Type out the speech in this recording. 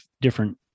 different